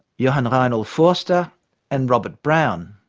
johann reinholdforster and robert brown,